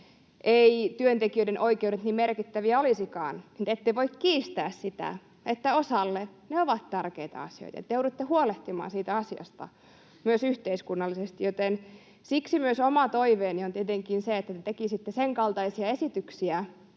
työntekijöiden oikeudet niin merkittäviä olisikaan, niin ette voi kiistää sitä, että osalle ne ovat tärkeitä asioita. Te joudutte huolehtimaan siitä asiasta myös yhteiskunnallisesti. Siksi myös oma toiveeni on tietenkin se, että te tekisitte senkaltaisia esityksiä,